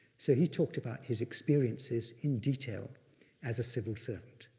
so he talked about his experiences in detail as a civil servant,